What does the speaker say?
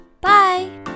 Bye